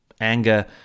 anger